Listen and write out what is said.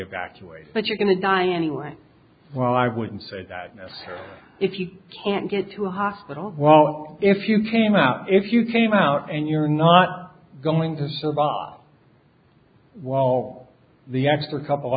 evacuated but you're going to die anyway well i wouldn't say that if you can't get to a hospital well if you came out if you came out and you're not going to survive why all the extra couple